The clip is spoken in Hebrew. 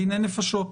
דיני נפשות.